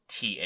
TA